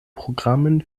programmen